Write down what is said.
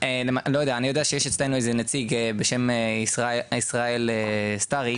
אני יודע שיש איזה נציג אצלנו בשם ישראל סטאריק,